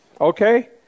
Okay